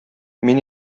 мин